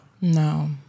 No